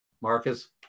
Marcus